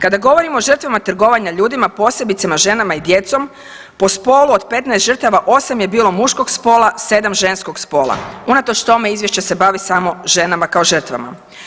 Kada govorimo o žrtvama trgovanja ljudima, posebice ženama i djecom po spolu od 15 žrtava 8 je bilo muškog spola, 7 ženskog spola, unatoč tome izvješće se bavi samo ženama kao žrtvama.